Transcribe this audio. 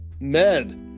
med